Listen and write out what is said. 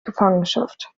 gefangenschaft